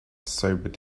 sobered